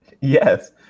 Yes